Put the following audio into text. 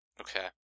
Okay